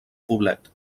poblet